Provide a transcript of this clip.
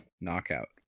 knockout